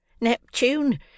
Neptune